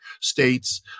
states